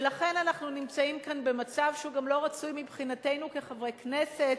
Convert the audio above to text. ולכן אנחנו נמצאים כאן במצב שהוא גם לא רצוי מבחינתנו כחברי הכנסת: